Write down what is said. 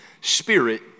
spirit